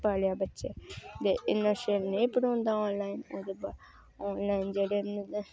पालेआ बच्चे इन्ना चिर नेईं पढ़ोंदा ऑनलाइन नेईं जेह्ड़े